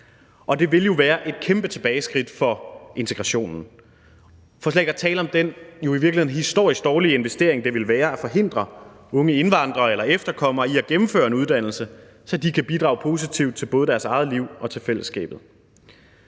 Det ville jo være et kæmpe tilbageskridt for integrationen for slet ikke at tale om den jo i virkeligheden historisk dårlige investering, det ville være at forhindre unge indvandrere eller efterkommere i at gennemføre en uddannelse, så de kan bidrage positivt til både deres eget liv og til fællesskabet.